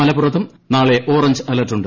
മലപ്പുറത്തും നാളെ ഓറഞ്ച് അലർട്ടുണ്ട്